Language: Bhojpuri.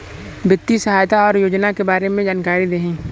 वित्तीय सहायता और योजना के बारे में जानकारी देही?